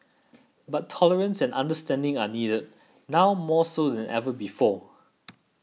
but tolerance and understanding are needed now more so than ever before